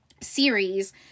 series